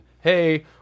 hey